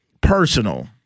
personal